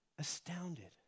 astounded